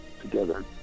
together